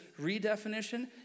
redefinition